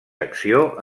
acció